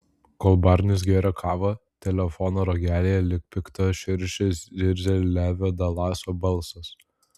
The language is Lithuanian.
kol barnis gėrė kavą telefono ragelyje lyg pikta širšė zirzė levio dalaso balsas